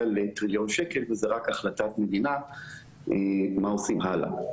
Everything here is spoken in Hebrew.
לטריליון שקל וזו רק החלטת מדינה מה עושים הלאה.